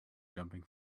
jumping